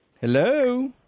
Hello